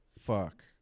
fuck